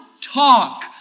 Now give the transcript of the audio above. talk